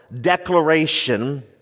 declaration